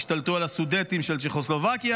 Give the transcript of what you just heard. השתלטו על הסודטים של צ'כוסלובקיה,